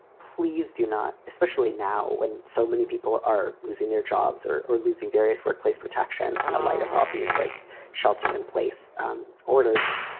please do not, especially now when so many people are losing their jobs or or losing various workplace protections in the light of all these like shelter-in-place um orders.